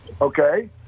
Okay